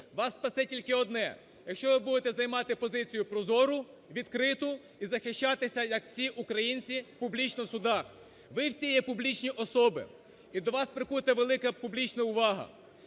Вас спасе тільки одне: якщо ви будете займати позицію прозору, відкриту і захищатися, як всі українці, публічно в судах. Ви всі є публічні особи, і до вас прикута велика публічна увага.